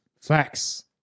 Facts